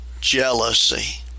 jealousy